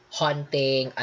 haunting